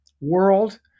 world